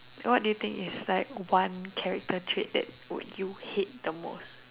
what do you think is like one character trait that would you hate the most